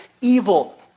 Evil